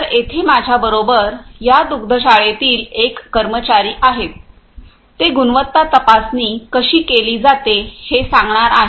तरयेथे माझ्याबरोबर या दुग्धशाळेतील एक कर्मचारी आहेत जे गुणवत्ता तपासणी कशी केली जाते हे सांगणार आहेत